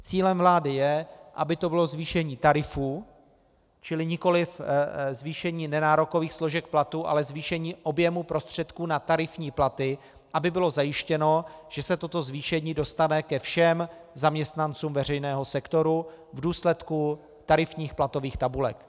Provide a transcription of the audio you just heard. Cílem vlády je, aby to bylo zvýšení tarifů, čili nikoliv zvýšení nenárokových složek platu, ale zvýšení objemu prostředků na tarifní platy, aby bylo zajištěno, že se toto zvýšení dostane ke všem zaměstnancům veřejného sektoru v důsledku tarifních platových tabulek.